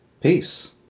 peace